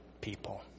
people